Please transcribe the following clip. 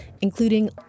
including